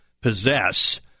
possess